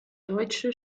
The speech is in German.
deutsche